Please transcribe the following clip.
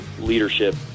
leadership